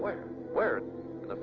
what the